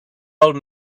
old